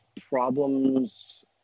problems